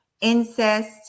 incest